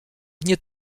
nie